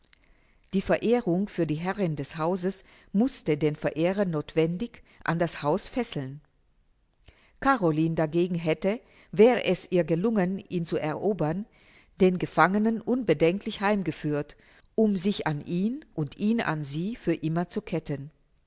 die verehrung für die herrin des hauses mußte den verehrer nothwendig an das haus fesseln caroline dagegen hätte wär es ihr gelungen ihn zu erobern den gefangenen unbedenklich heimgeführt um sich an ihn und ihn an sie für immer zu ketten